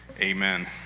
Amen